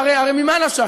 הרי ממה נפשך,